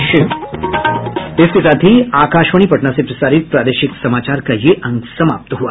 इसके साथ ही आकाशवाणी पटना से प्रसारित प्रादेशिक समाचार का ये अंक समाप्त हुआ